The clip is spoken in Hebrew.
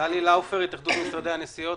טלי לאופר, התאחדות משרדי הנסיעות